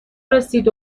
رسید